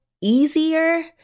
easier